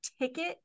ticket